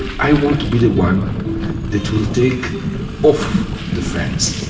i want to be the one that will take off the fence.